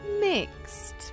mixed